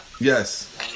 Yes